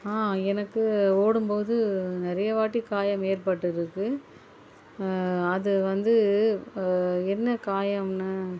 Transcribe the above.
ஆ எனக்கு ஓடும் போது நிறைய வாட்டி காயம் ஏற்பட்டு இருக்குது அது வந்து என்ன காயம்னு